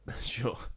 Sure